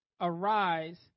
arise